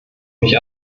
mich